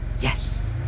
Yes